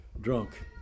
drunk